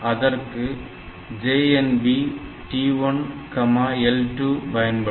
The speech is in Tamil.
அதற்கு JNB TIL2 பயன்படும்